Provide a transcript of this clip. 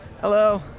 hello